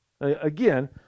Again